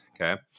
Okay